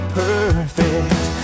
perfect